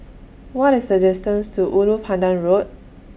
What IS The distance to Ulu Pandan Road